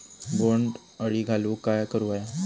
बोंड अळी घालवूक काय करू व्हया?